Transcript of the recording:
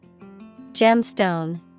Gemstone